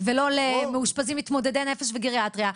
ולא למאושפזים מתמודדי נפש וגריאטריה,